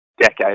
decade